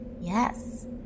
Yes